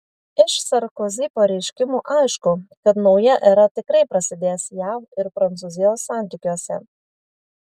iš sarkozi pareiškimų aišku kad nauja era tikrai prasidės jav ir prancūzijos santykiuose